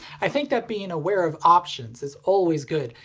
i think that being aware of options is always good,